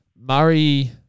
Murray